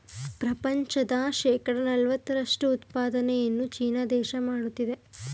ಪ್ರಪಂಚದ ಶೇಕಡ ನಲವತ್ತರಷ್ಟು ಉತ್ಪಾದನೆಯನ್ನು ಚೀನಾ ದೇಶ ಮಾಡುತ್ತಿದೆ